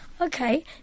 Okay